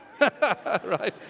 Right